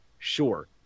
sure